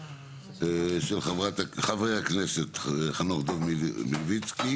של חבר הכנסת חנוך דב מלביצקי